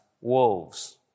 wolves